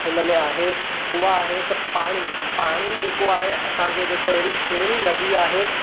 हिन में आहे हुअ आहे त पाणी पाणी जेको आहे असांजे हिते त अहिड़ी सुहिणी नदी आहे